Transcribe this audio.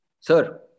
Sir